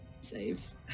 saves